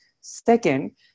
Second